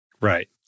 Right